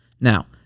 Now